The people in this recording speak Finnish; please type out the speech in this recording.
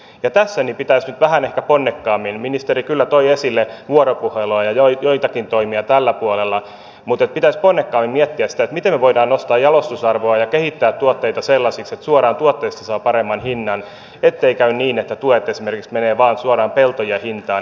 ja tässä pitäisi nyt vähän ehkä ponnekkaammin ministeri kyllä toi esille vuoropuhelua ja joitakin toimia tällä puolella miettiä sitä miten voimme nostaa jalostusarvoa ja kehittää tuotteita sellaisiksi että suoraan tuotteesta saa paremman hinnan ettei käy niin että tuet esimerkiksi menevät vain suoraan peltojen hintaan